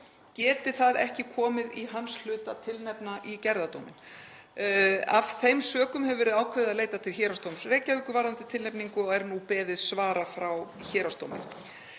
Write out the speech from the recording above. geti það ekki komið í hans hlut að tilnefna í gerðardóminn. Af þeim sökum hefur verið ákveðið að leita til Héraðsdóms Reykjavíkur varðandi tilnefningu og er nú beðið svara frá héraðsdómi.